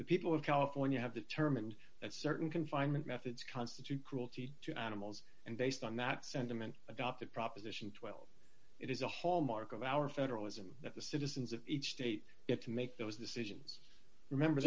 the people of california have the term and that certain confinement methods constitute cruelty to animals and based on that sentiment adopted proposition twelve it is a hallmark of our federalism that the citizens of each state get to make those decisions remember